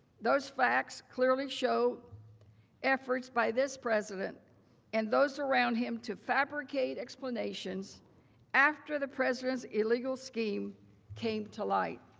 those facts clearly show a first by this president and those around him to fabricate explanations after the president, his legal scheme came to light.